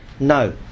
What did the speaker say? No